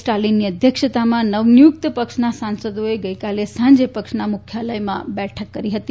સ્ટાલિનની અધ્યક્ષતામાં નવનિયુક્ત પક્ષના સાંસદોએ ગઈકાલે સાંજે પક્ષના મુખ્યાલયમાં બેઠક કરી હતી